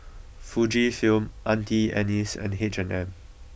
Fujifilm Auntie Anne's and H and M